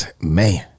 Man